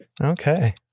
Okay